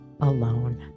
alone